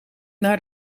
naar